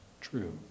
true